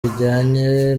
bijyanye